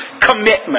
commitment